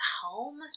home